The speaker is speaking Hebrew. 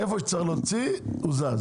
איפה שצריך להוציא הוא זז,